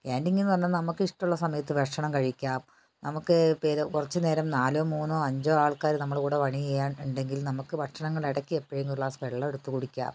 canteen എന്നു പറഞ്ഞാൽ നമ്മൾക്ക് ഇഷ്ടമുള്ള സമയത്ത് ഭക്ഷണം കഴിക്കാം നമുക്ക് ഇപ്പോൾ ഇത് കുറച്ചു നേരം നാലോ മൂന്നോ അഞ്ചോ ആൾക്കാർ നമ്മളെ കൂടെ പണി ചെയ്യാൻ ഉണ്ടെങ്കിൽ നമുക്ക് ഭക്ഷണങ്ങൾ ഇടയ്ക്ക് എപ്പോഴെങ്കിലും ഒരു ഗ്ലാസ് വെള്ളം എടുത്ത് കുടിക്കാം